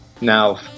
now